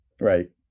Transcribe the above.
Right